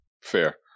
Fair